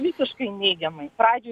visiškai neigiamai pradžioj